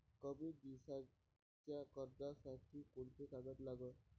कमी दिसाच्या कर्जासाठी कोंते कागद लागन?